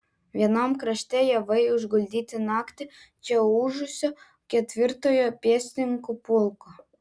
vienam krašte javai išguldyti naktį čia ūžusio ketvirtojo pėstininkų pulko